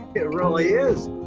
it really is,